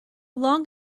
long